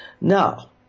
Now